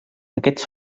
aquests